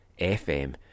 FM